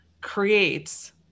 creates